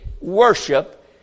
worship